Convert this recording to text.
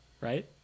right